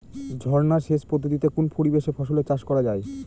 ঝর্না সেচ পদ্ধতিতে কোন পরিবেশে ফসল চাষ করা যায়?